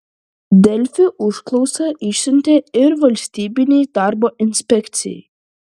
delfi užklausą išsiuntė ir valstybinei darbo inspekcijai